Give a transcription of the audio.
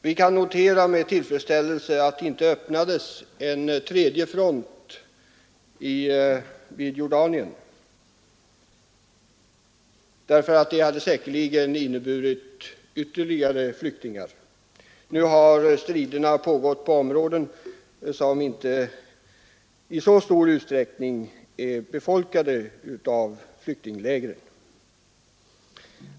Vi kan notera med tillfredsställelse att det inte öppnades en tredje front i Jordanien, därför att det säkerligen hade inneburit ytterligare flyktingar. Nu har striderna pågått på områden som inte i så stor utsträckning är befolkade av flyktingar i läger.